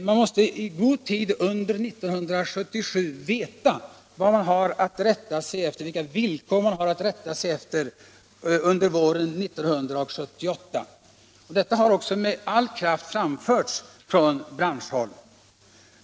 Man måste i god tid under 1977 veta vad man har för villkor att rätta sig efter under våren 1978. Detta har också med all kraft framförts från branschhåll.